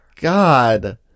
god